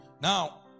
Now